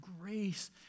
grace